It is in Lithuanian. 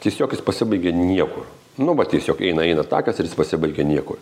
tiesiog jis pasibaigė niekur nu va tiesiog eina eina takas ir jis pasibaigia niekur